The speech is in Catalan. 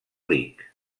ric